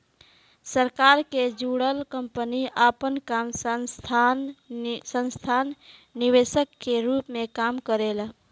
सरकार से जुड़ल कंपनी आपन काम संस्थागत निवेशक के रूप में काम करेला